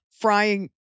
frying